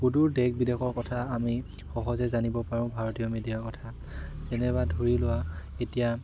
সুদূৰ দেশ বিদেশৰ কথা আমি সহজে জানিব পাৰোঁ ভাৰতীয় মিডিয়াৰ কথা যেনে বা ধৰি লোৱা এতিয়া